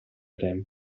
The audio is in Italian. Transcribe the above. tempo